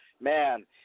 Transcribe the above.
Man